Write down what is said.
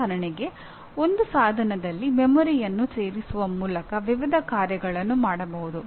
ಉದಾಹರಣೆಗೆ ಒಂದು ಸಾಧನದಲ್ಲಿ ಮೆಮೊರಿಯನ್ನು ಸೇರಿಸುವ ಮೂಲಕ ವಿವಿಧ ಕಾರ್ಯಗಳನ್ನು ಮಾಡಬಹುದು